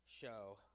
show